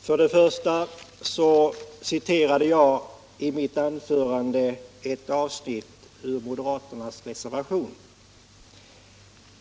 Herr talman! I mitt anförande citerade jag ett avsnitt av moderaternas reservation.